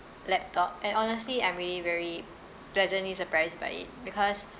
laptop and honestly I'm really very pleasantly surprised by it because